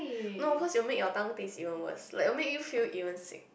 no cause you make your tongue this even worse like will make you feel even sick